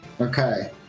Okay